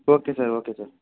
okay sir okay sir